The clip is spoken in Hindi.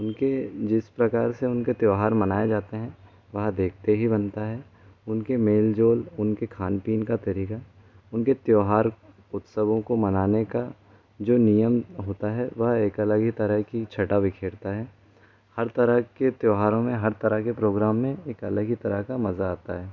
उनके जिस प्रकार से उनके त्यौहार मनाए जाते हैं वहाँ देखते ही बनता है उनके मेल जोल उनके खान पीन का तरीका उनके त्यौहार उत्सवों को मनाने का जो नियम होता है वह एक अलग ही तरह की छटा विखेरता है हर तरह के त्यौहारो में हर तरह के प्रोग्राम में एक अलग ही तरह का मजा आता है